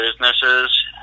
businesses